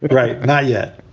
but right? not yet.